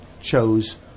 chose